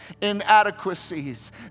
inadequacies